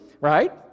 right